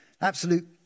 absolute